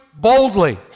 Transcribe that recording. boldly